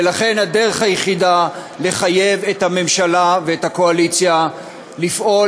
ולכן הדרך היחידה לחייב את הממשלה ואת הקואליציה לפעול